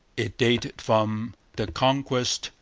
it dated from the conquest,